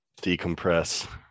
Decompress